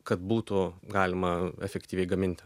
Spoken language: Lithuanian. kad būtų galima efektyviai gaminti